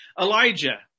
Elijah